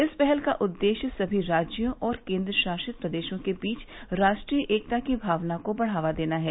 इस पहल का उद्देश्य सभी राज्यों और केंद्र शासित प्रदेशों के बीच राष्ट्रीय एकता की भावना को बढ़ावा देना है